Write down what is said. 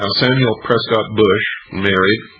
samuel prescott bush married,